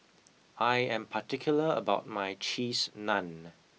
I am particular about my Cheese Naan